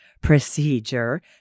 procedure